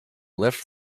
left